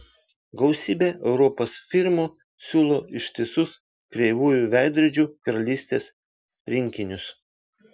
gausybė europos firmų siūlo ištisus kreivųjų veidrodžių karalystės rinkinius